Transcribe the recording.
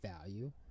value